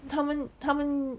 他们他们